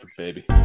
baby